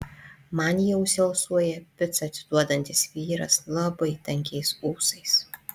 man į ausį alsuoja pica atsiduodantis vyras labai tankiais ūsais